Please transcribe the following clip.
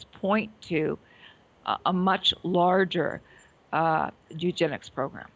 s point to a much larger eugenics program